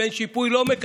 אם אין שיפוי, לא מקדם.